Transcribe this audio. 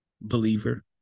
believer